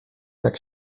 jak